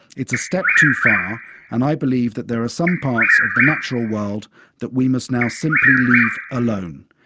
it's a step too far and i believe that there are some parts of the natural world that we must now simply leave alone.